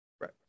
right